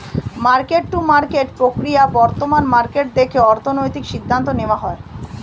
market to market প্রক্রিয়াতে বর্তমান market দেখে অর্থনৈতিক সিদ্ধান্ত নেওয়া হয়